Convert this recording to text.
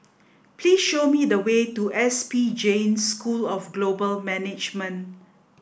please show me the way to S P Jain School of Global Management